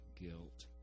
guilt